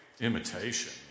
imitation